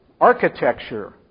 architecture